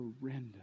horrendous